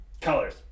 colors